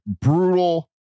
brutal